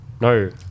No